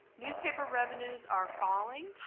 newspaper revenues are falling.